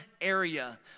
area